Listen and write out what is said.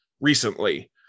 recently